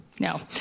No